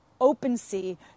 OpenSea